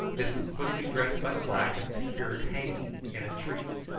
this was quickly dressed by the black, and secured hanging in a tree,